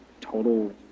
total